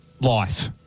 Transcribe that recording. life